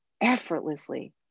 effortlessly